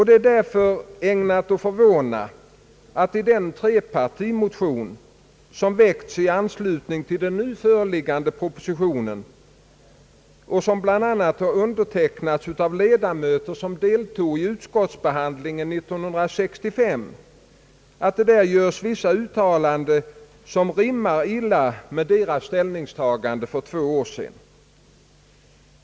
Det är därför ägnat att förvåna att det i den trepartimotion, som väckts i anslutning till den nu föreliggande propositionen och som bl.a. har undertecknats av ledamöter som deltog i utskottsbehandlingen 1965, görs vissa uttalanden som rimmar illa med dessa ledamöters ställningstaganden för två år sedan.